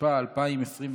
התשפ"א 2021,